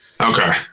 Okay